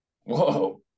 Whoa